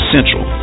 Central